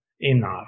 enough